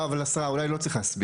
לא, אבל השרה, אולי לא צריך להסביר.